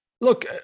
look